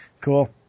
Cool